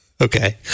Okay